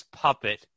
puppet